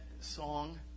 song